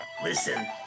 Listen